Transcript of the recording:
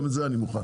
גם את זה אני מוכן.